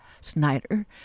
Snyder